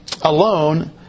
alone